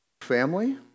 family